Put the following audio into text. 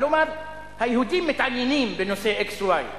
כלומר: היהודים מתעניינים בנושא x או y,